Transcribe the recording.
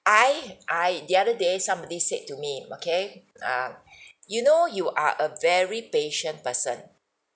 I I the other day somebody said to me okay err you know you are a very patient person